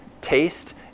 Taste